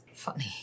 funny